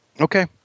Okay